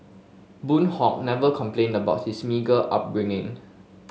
Boon Hock never complained about his meagre upbringing